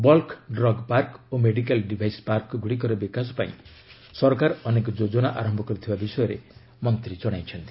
ବକ୍କ drug park ଓ medical device park ଗୁଡ଼ିକର ବିକାଶ ପାଇଁ ସରକାର ଅନେକ ଯୋଜନା ଆରମ୍ଭ କରିଥିବା ବିଷୟରେ ମନ୍ତ୍ରୀ ଜଣାଇଛନ୍ତି